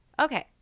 Okay